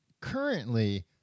currently